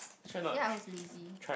ya I was lazy